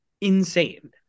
Insane